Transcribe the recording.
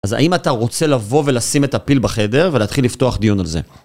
אז האם אתה רוצה לבוא ולשים את הפיל בחדר ולהתחיל לפתוח דיון על זה?